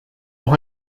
noch